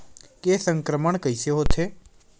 के संक्रमण कइसे होथे?